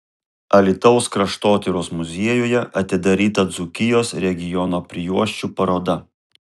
alytaus kraštotyros muziejuje atidaryta dzūkijos regiono prijuosčių paroda